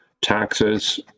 taxes